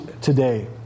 today